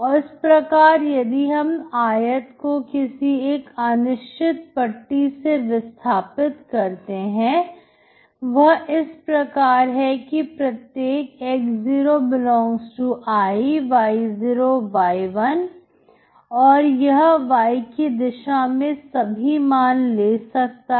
इस प्रकार यदि हम आयत को किसी एक अनिश्चित पट्टी से विस्थापित करते हैं वह इस प्रकार है कि प्रत्येक x0∈I y0 y1 और यह y की दिशा में सभी मान ले सकता है